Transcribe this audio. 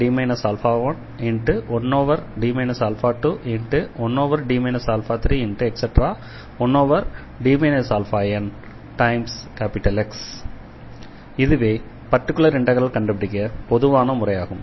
1D 11D 21X இதுவே particular இண்டெக்ரலை கண்டுபிடிக்க பொதுவான முறையாகும்